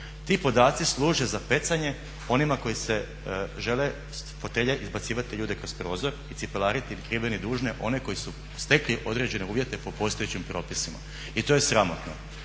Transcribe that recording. Ti podaci služe za pecanje onima koji se žele fotelje izbacivati ljude kroz prozor i cipelariti ni krive ni dužne one koji su stekli određene uvjete po postojećim propisima. I to je sramotno.